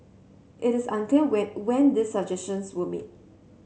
it is unclear when when these suggestions were made